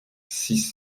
six